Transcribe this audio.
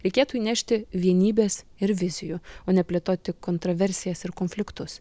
reikėtų įnešti vienybės ir vizijų o ne plėtoti kontroversijas ir konfliktus